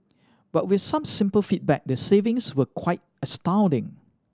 but with some simple feedback the savings were quite astounding